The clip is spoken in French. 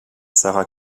sarah